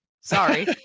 Sorry